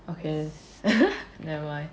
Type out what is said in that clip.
mm ya